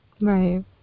right